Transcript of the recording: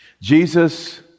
Jesus